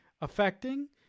affecting